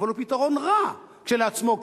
אבל הוא פתרון רע כשלעצמו,